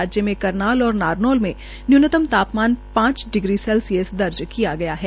राज्य में करनाल और नारनौल में न्यूनतम तापमान पांच डिग्री सेल्सियस दंर्ज किया गया है